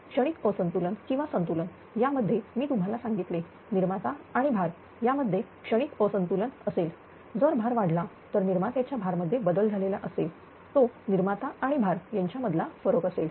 क्षणिक संतुलन किंवा संतुलन यामध्ये मी तुम्हाला सांगितले निर्माता आणि भार यामध्ये क्षणिक असंतुलन असेल जर भार वाढला तर निर्मात्याच्या भार मध्ये बदल झालेला असेल तो निर्माता आणि भार यांच्यामधला फरक असेल